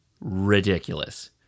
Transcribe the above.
ridiculous